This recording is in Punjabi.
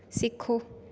ਸਿੱਖੋ